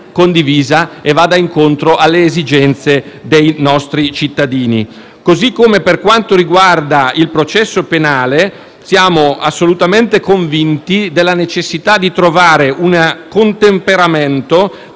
condivisa e vada incontro alle esigenze dei nostri cittadini. Allo stesso modo, per quanto riguarda il processo penale siamo assolutamente convinti della necessità di trovare un contemperamento